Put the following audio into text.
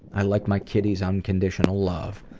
i like my kitty's unconditional love.